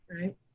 right